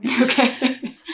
Okay